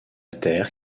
terre